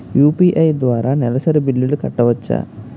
UPI ద్వారా నెలసరి బిల్లులు కట్టవచ్చా?